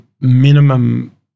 minimum